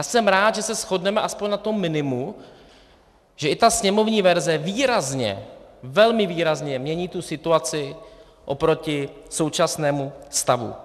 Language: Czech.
Jsem rád, že se shodneme alespoň na tom minimu, že i ta sněmovní verze výrazně, velmi výrazně mění tu situaci oproti současnému stavu.